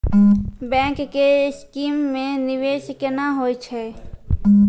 Bank के scheme मे निवेश केना होय छै?